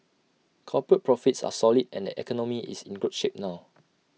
corporate profits are solid and the economy is in good shape now